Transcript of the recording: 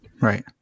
Right